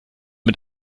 mit